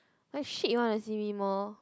like shit you wanna see me more